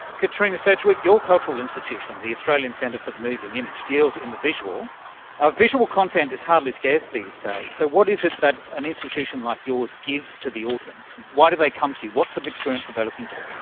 katrina sedgwick, your cultural institution, the australian centre for the moving image deals in the visual ah visual content is hardly scarce these days, so what is it that an institution like yours give to the audience why do they come to you, what sort of experience are they looking for?